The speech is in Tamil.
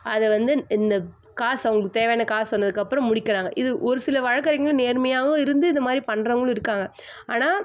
அதை வந்து இந்த காசு அவங்களுக்கு தேவையான காசு வந்ததுக்கப்புறம் முடிக்கிறாங்க இது ஒரு சில வழக்கறிஞர்கள் நேர்மையாகவும் இருந்து இது மாதிரி பண்ணுறவங்களும் இருக்காங்க ஆனால்